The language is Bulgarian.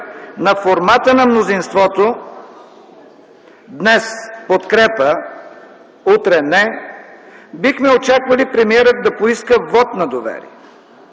на формата на мнозинството – днес подкрепа, утре не, бихме очаквали премиерът да поиска вот на доверие,